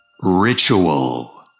ritual